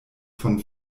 von